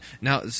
now